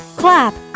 clap